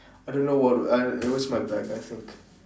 I don't know what I it was in my bag I think